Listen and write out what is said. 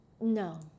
No